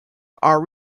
are